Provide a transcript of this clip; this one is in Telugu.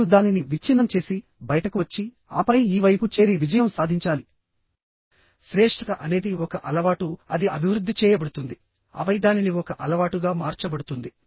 మీరు దానిని విచ్ఛిన్నం చేసి బయటకు వచ్చి ఆపై ఈ వైపు చేరి విజయం సాధించాలి శ్రేష్ఠత అనేది ఒక అలవాటుఅది అభివృద్ధి చేయబడుతుంది ఆపై దానిని ఒక అలవాటుగా మార్చబడుతుంది